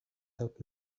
help